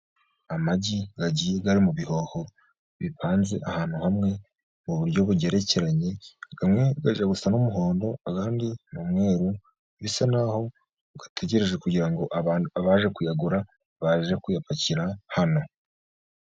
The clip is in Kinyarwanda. Amagi yagiye agiye ari mu bihoho bivanze, ahantu hamwe mu buryo bugerekeranye amwe ajya gusasa n'umuhondo andi ni umweru bisa naho ategereje kugira ngo abaje kuyagura baje kuyapakira hano.